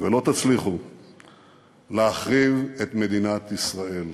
ולא תצליחו להחריב את מדינת ישראל.